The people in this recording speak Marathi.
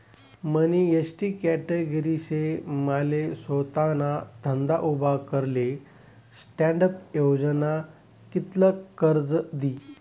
मनी एसटी कॅटेगरी शे माले सोताना धंदा उभा कराले स्टॅण्डअप योजना कित्ल कर्ज दी?